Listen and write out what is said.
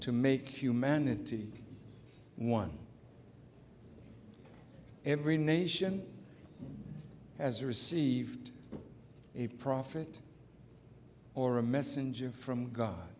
to make humanity one every nation has received a prophet or a messenger from god